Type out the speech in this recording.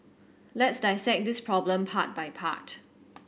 let's dissect this problem part by part